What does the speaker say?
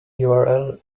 url